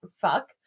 fuck